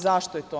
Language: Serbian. Zašto je to?